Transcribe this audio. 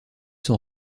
sont